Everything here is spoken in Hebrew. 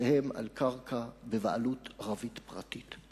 שהן בבעלות ערבית פרטית.